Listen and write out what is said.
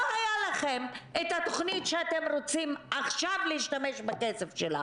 לא הייתה לכם התוכנית שאתם רוצים עכשיו להשתמש בכסף שלה